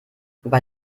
bei